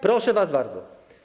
Proszę was bardzo.